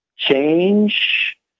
change